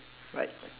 right